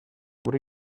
what